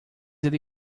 ele